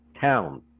town